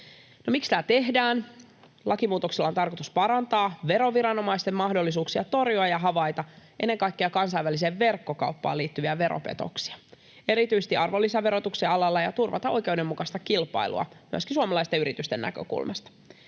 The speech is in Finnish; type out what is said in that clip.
miksi tämä tehdään? Lakimuutoksella on tarkoitus parantaa veroviranomaisten mahdollisuuksia torjua ja havaita ennen kaikkea kansainväliseen verkkokauppaan liittyviä veropetoksia erityisesti arvonlisäverotuksen alalla ja turvata oikeudenmukaista kilpailua myöskin suomalaisten yritysten näkökulmasta.